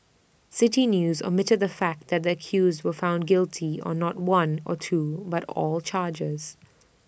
City News omitted the fact that the accused were found guilty on not one or two but all charges